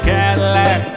Cadillac